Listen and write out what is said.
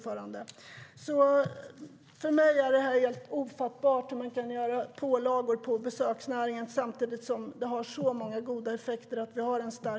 För mig är det därför ofattbart hur man kan lägga pålagor på besöksnäringen när en stark besöksnäring har så många goda effekter.